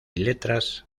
letras